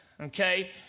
okay